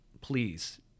Please